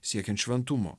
siekiant šventumo